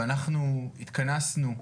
ואנחנו התכנסנו פה,